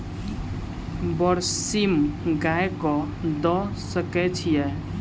बरसीम गाय कऽ दऽ सकय छीयै?